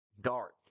Dark